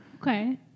Okay